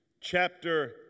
chapter